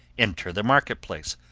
enter the market-place,